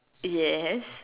yes